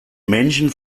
menschen